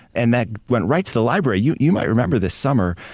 and that went right to the library. you you might remember this summer,